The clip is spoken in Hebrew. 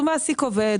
הוא מעסיק עובד,